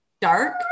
dark